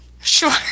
Sure